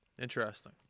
interesting